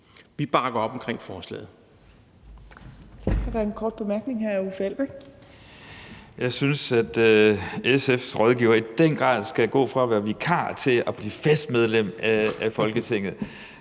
Vi bakker op omkring forslaget.